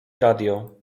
radio